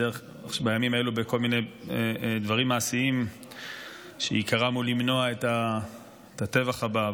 בימים האלו אני בכל מיני דברים מעשיים שעיקרם הוא למנוע את הטבח הבא.